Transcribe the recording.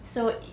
so